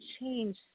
change